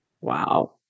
Wow